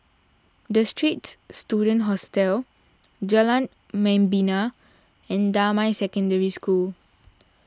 the Straits Students Hostel Jalan Membina and Damai Secondary School